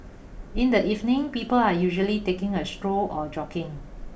in the evenings people are usually taking a stroll or jogging